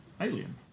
Alien